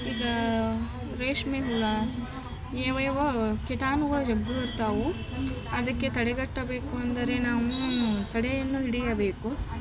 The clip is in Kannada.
ಈಗ ರೇಷ್ಮೆ ಹುಳ ಯಾವ ಯಾವ ಕೀಟಾಣುಗಳು ಜಗ್ಗು ಬರ್ತಾವೆ ಅದಕ್ಕೆ ತಡೆಗಟ್ಟಬೇಕು ಎಂದರೆ ನಾವು ತಡೆಯನ್ನು ಹಿಡಿಯಬೇಕು